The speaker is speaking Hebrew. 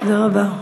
תודה רבה.